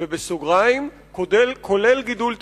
בסוגריים: כולל גידול טבעי.